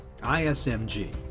ISMG